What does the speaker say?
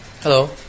Hello